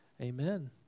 Amen